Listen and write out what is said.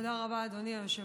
תודה רבה, אדוני היושב-ראש.